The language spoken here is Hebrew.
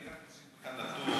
אני רק אוסיף לך נתון,